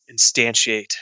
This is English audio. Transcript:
instantiate